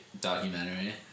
documentary